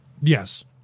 Yes